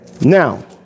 Now